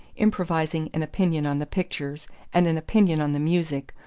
improvising an opinion on the pictures and an opinion on the music,